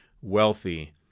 wealthy